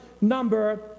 number